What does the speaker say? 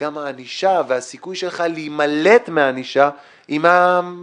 וגם הענישה והסיכוי שלך להימלט מענישה היא יותר